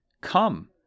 Come